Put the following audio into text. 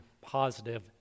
positive